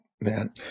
man